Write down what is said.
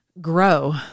grow